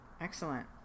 Excellent